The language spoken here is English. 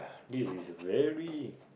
this is a very